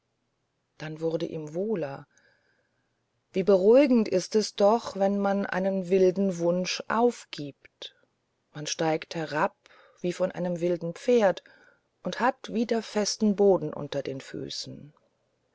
dann wurde ihm wohler wie beruhigend ist es doch wenn man einen wilden wunsch aufgibt man steigt herab wie von einem wilden pferd und hat wieder festen boden unter den füßen